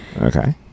Okay